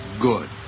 Good